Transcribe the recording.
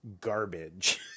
garbage